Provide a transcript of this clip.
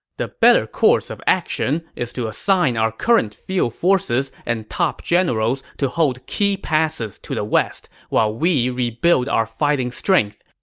the better course of action is to assign our current field forces and top generals to hold key passes to the west, while we rebuild our fighting strength.